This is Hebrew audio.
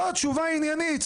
זו תשובה עניינית.